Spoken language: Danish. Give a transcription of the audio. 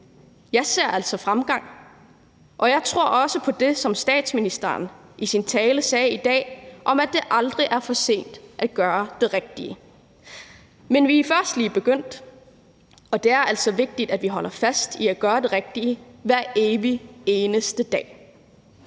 Jeg ser altså fremgang, og jeg tror også på det, som statsministeren i sin tale sagde i dag, om, at det aldrig er for sent at gøre det rigtige. Men vi er først lige begyndt, og det er altså vigtigt, at vi holder fast i at gøre det rigtige hver evig eneste dag.